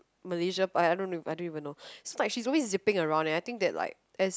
Malaysia part I don't know I don't even know despite she's doing it's zipping around and I think that like as